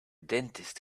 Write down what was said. dentist